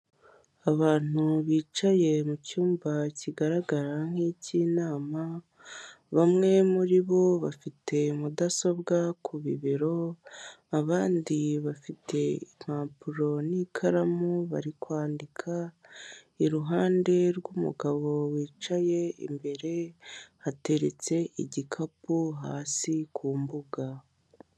Abantu bicaye mu cyumba kigaragara nk'icy'inama, bamwe muri bo bafite mudasobwa ku bibero, abandi bafite impapuro n'ikaramu bari kwandika, iruhande rw'umugabo wicaye imbere, hateretse igikapu hasi ku mbuga.